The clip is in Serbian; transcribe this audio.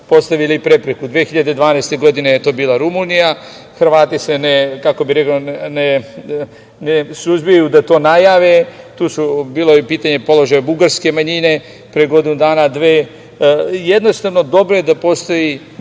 postavili prepreku. Godine 2012. je to bila Rumunija, Hrvati se, kako bih rekao, ne suzbiju da to najave. Bilo je pitanje položaja bugarske manjine pre godinu dana, dve. Jednostavno dobro je da postoji